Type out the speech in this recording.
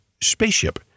spaceship